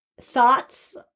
thoughts